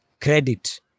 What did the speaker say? credit